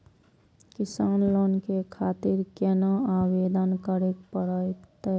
किसान लोन के खातिर केना आवेदन करें परतें?